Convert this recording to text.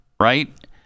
Right